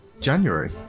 january